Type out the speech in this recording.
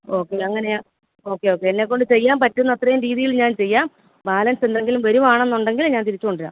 okay അങ്ങനെയാണ് okay okay എന്നെക്കൊണ്ട് ചെയ്യാൻ പറ്റുന്ന അത്രയും രീതിയിൽ ഞാൻ ചെയ്യാം ബാലൻസ് എന്തെങ്കിലും വരികയാണെന്നുണ്ടെങ്കിൽ ഞാൻ തിരിച്ചു കൊണ്ടുവരാം